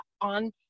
on